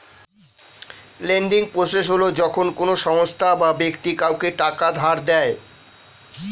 lending process হল যখন কোনো সংস্থা বা ব্যক্তি কাউকে টাকা ধার দেয়